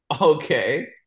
Okay